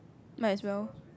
might as well